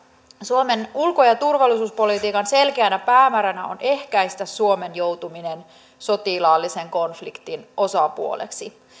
suomen ulko ja turvallisuuspolitiikan selkeänä päämääränä on ehkäistä suomen joutuminen sotilaallisen konfliktin osapuoleksi